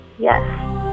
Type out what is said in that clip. Yes